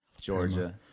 Georgia